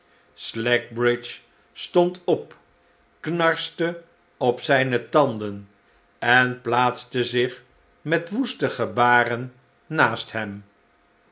slackbridge stond op knarste op zijne tanden en plaatste zich met woeste gebaren naast hem